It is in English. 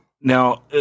now